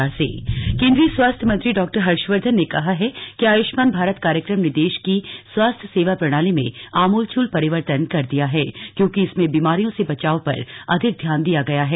आयुष्मान भारत कार्यक्रम केन्द्रीय स्वास्थ्य मंत्री डॉक्टर हर्षवर्धन ने कहा है कि आयुष्मान भारत कार्यक्रम ने देश की स्वास्थ्य सेवा प्रणाली में आमूलचूल परिवर्तन कर दिया है क्योंकि इसमें बीमारियों से बचाव पर अधिक ध्यान दिया गया है